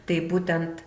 tai būtent